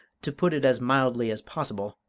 to put it as mildly as possible,